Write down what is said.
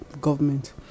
government